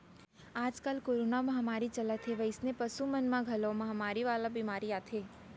आजकाल कोरोना महामारी चलत हे वइसने पसु मन म घलौ महामारी वाला बेमारी आथे